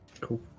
Cool